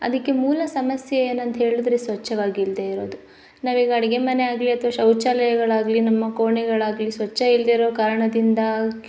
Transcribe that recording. ಅದಕ್ಕೆ ಮೂಲ ಸಮಸ್ಯೆ ಏನಂತ ಹೇಳಿದ್ರೆ ಸ್ವಚ್ಛವಾಗಿ ಇಲ್ಲದೇ ಇರೋದು ನಾವು ಈಗ ಅಡುಗೆ ಮನೆಯಾಗಲಿ ಅಥ್ವಾ ಶೌಚಾಲಯಗಳಾಗಲಿ ನಮ್ಮ ಕೋಣೆಗಳಾಗಲಿ ಸ್ವಚ್ಛವಿಲ್ದೇ ಇರೋ ಕಾರಣದಿಂದ